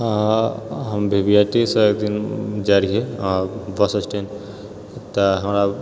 हम भिभीआइटीसँ एक दी जाए रहियै बस स्टैण्ड तऽ हमरा